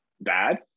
bad